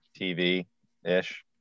TV-ish